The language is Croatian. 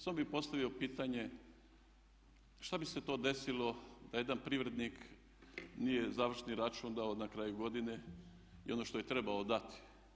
Samo bih postavio pitanje šta bi se to desilo da jedan privrednik nije završni račun dao na kraju godine i ono što je trebao dati.